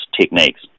techniques